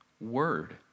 word